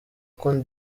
cote